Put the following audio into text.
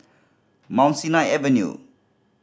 Mount Sinai Avenue